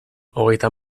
hogeita